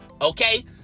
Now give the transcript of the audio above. okay